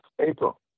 April